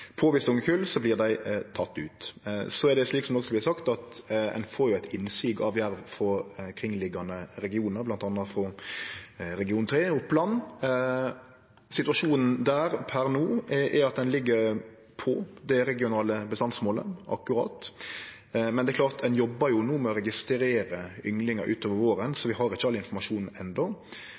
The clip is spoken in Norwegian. ungekull, vert dei tekne ut. Så er det slik, som det også vert sagt, at ein får eit innsig av jerv frå kringliggjande regionar, bl.a. frå region 3 Oppland. Situasjonen der per no er at ein ligg akkurat på det regionale bestandsmålet. Men ein jobbar no med å registrere ynglingar utover våren, så vi har ikkje all informasjon